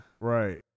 Right